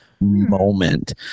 moment